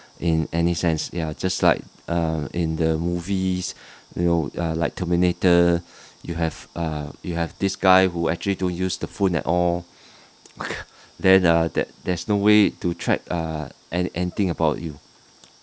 in any sense ya just like err in the movies you know like terminator you have err you have this guy who actually don't use the phone at all then uh that that's no way to track err any~ anything about you